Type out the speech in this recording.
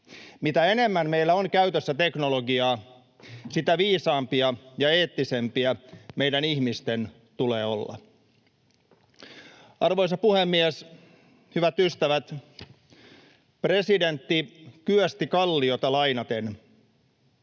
Mitä enemmän meillä on käytössä teknologiaa, sitä viisaampia ja eettisempiä meidän ihmisten tulee olla. Arvoisa puhemies! Hyvät ystävät! Presidentti Kyösti Kalliota lainaten: